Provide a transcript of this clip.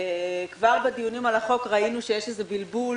כבר בדיונים על החוק ראינו שיש איזשהו בלבול